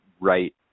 right